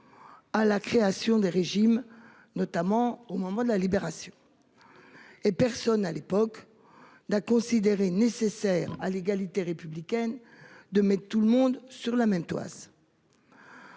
à la création du régime général lors de la Libération. Or personne à l'époque n'a considéré nécessaire à l'égalité républicaine de mettre tout le monde sous la même toise.